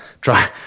try